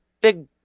big